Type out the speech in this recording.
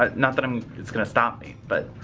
ah not that i'm it's gonna stop me but,